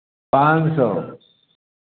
पाँच सौ